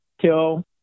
till